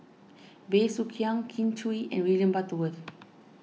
Bey Soo Khiang Kin Chui and William Butterworth